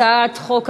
הצעת החוק הראשונה,